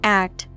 act